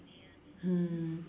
mm